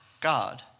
God